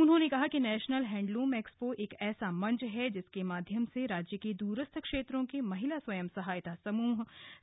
उन्होंने कहा कि नेशनल हैण्डलूम एक्सपो एक ऐसा मंच है जिसके माध्यम से राज्य के दूरस्थ क्षेत्रों के महिला स्वयं सहायता समूह